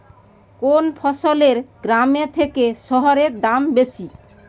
কোন ফসলের গ্রামের থেকে শহরে দাম বেশি?